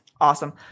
Awesome